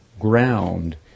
ground